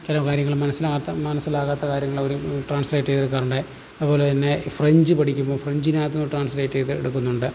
ചില കാര്യങ്ങള് മനസിലാത്ത മനസിലാകാത്ത കാര്യങ്ങള് അവര് ട്രാൻസിലേറ്റെയ്ത് തരണ്ടെ അതുപോലെ തന്നെ ഫ്രഞ്ച് പഠിക്കുമ്പോള് ഫ്രഞ്ചിനകത്തുനിന്ന് ട്രാൻസിലേറ്റെയ്ത് എടുക്കുന്നുണ്ട്